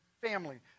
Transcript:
family